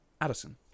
Addison